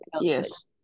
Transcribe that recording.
Yes